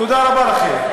תודה רבה לכם.